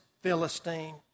Philistine